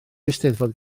eisteddfod